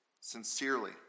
sincerely